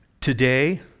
today